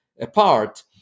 apart